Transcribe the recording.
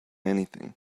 anything